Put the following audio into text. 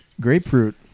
grapefruit